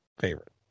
favorite